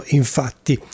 infatti